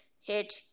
hit